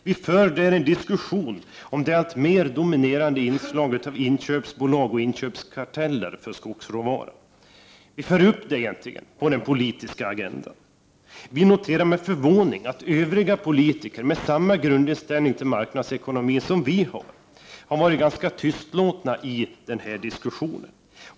Vi för där upp en diskussion om det alltmer dominerande inslaget av inköpsbolag och inköpskarteller för skogsråvara på den politiska agendan. Vi noterar med förvåning att övriga politiker, med samma grundinställning till marknadsekonomi som vi, har varit ganska tystlåtna i den här diskussionen.